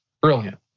Brilliant